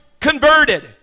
converted